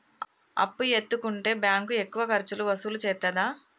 అప్పు ఎత్తుకుంటే బ్యాంకు ఎక్కువ ఖర్చులు వసూలు చేత్తదా?